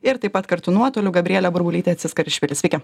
ir taip pat kartu nuotoliu gabrielė burbulytė tsiskarišvili sveiki